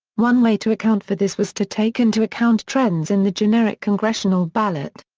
one way to account for this was to take into account trends in the generic congressional ballot.